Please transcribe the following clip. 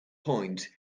point